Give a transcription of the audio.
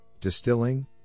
distilling